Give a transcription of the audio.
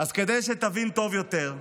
אז כדי שתבין טוב יותר,